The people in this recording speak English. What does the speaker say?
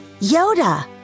Yoda